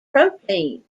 protein